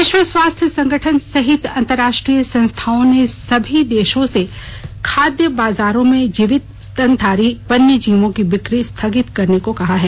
विश्व स्वास्थ्य संगठन सहित अंतर्राष्ट्रीय संस्थाओं ने सभी देशों से खाद्य बाजारों में जीवित स्तनधारी वन्यजीवों की बिक्री स्थगित करने को कहा है